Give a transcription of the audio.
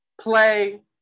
play